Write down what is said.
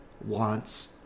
wants